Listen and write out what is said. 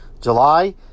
july